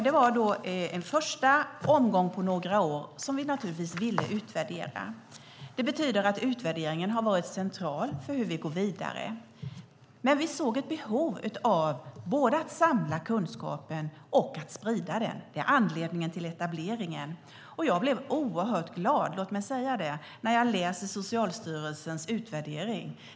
Det var då en första omgång på några år som vi naturligtvis ville utvärdera. Det betyder att utvärderingen har varit central för hur vi ska gå vidare. Men vi såg ett behov av att både samla kunskapen och sprida den. Det är anledningen till etableringen. Jag blev oerhört glad - låt mig säga det - när jag läste Socialstyrelsens utvärdering.